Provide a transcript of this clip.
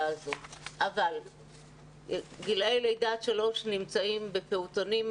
הזו אבל גילי לידה עד שלוש נמצאים בפעוטונים,